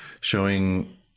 showing